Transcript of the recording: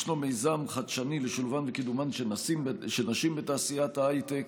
ישנו מיזם חדשני לשילובן וקידומן של נשים בתעשיית ההייטק.